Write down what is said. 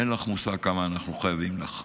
אין לך מושג כמה אנחנו חייבים לך,